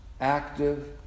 active